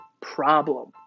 problem